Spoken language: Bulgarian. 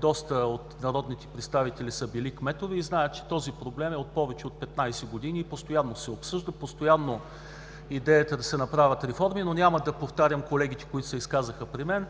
доста от народните представители са били кметове и знаят, че този проблем е повече от 15 години, постоянно се обсъжда и идеята да се направят реформи е постоянна. Няма да повтарям колегите, които се изказаха преди мен.